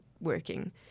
working